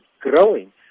growing